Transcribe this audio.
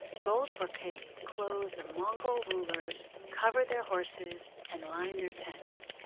gold brocade clothed the mongol rulers, covered their horses and lined their tents.